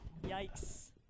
Yikes